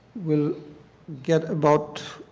will get about